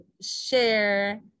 share